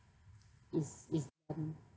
it's it's